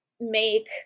make